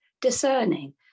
discerning